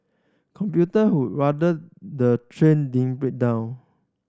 commuter who rather the train didn't break down